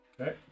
Okay